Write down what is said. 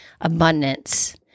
abundance